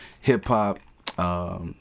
hip-hop